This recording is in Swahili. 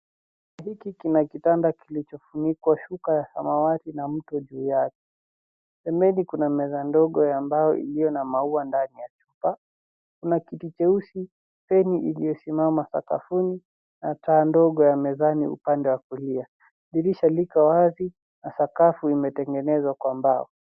Hiki kina kitanda kilichofunikwa shuka ya samawati na mto juu yake. Pembeni kuna meza ndogo ya mbao iliyo na maua ndani ya chupa. Kuna kiti cheusi, feni iliyosimama sakafuni na taa ndogo ya mezani upande wa kulia. Dirisha liko wazi na sakafu imetengenezwa kwa mbao.